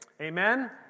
amen